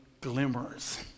glimmers